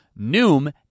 Noom